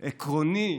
עקרוני,